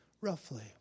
roughly